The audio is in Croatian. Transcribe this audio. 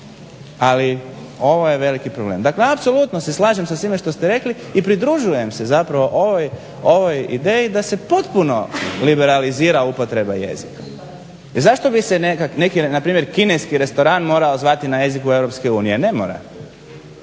Ali ovo je veliki problem. Dakle, apsolutno se slažem sa svime što ste rekli i pridružujem se zapravo ovoj ideji da se potpuno liberalizira upotreba jezika. I zašto bi se neki na primjer kineski restoran morao zvati na jeziku EU? Ne mora.